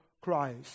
Christ